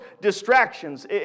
distractions